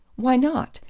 why not?